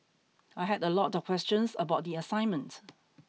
I had a lot of questions about the assignment